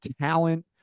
talent